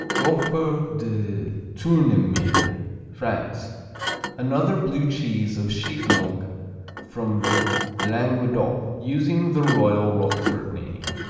roquefort de tournemire france another blue cheese of sheep milk from languedoc, using the royal roquefort name.